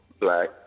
black